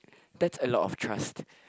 that's a lot of trust